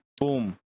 Boom